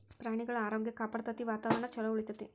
ಪ್ರಾಣಿಗಳ ಆರೋಗ್ಯ ಕಾಪಾಡತತಿ, ವಾತಾವರಣಾ ಚುಲೊ ಉಳಿತೆತಿ